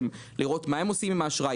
לראות מה הם עושים עם האשראי,